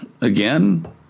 again